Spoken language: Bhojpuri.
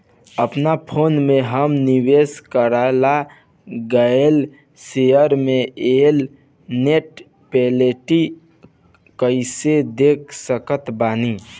अपना फोन मे हम निवेश कराल गएल शेयर मे भएल नेट प्रॉफ़िट कइसे देख सकत बानी?